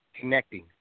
connecting